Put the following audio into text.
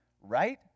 right